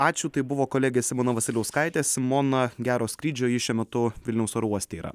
ačiū tai buvo kolegė simona vasiliauskaitė simona gero skrydžio ji šiuo metu vilniaus oro uoste yra